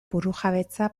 burujabetza